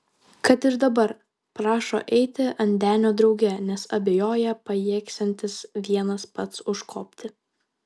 kad ir dabar prašo eiti ant denio drauge nes abejoja pajėgsiantis vienas pats užkopti